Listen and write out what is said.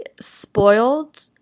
spoiled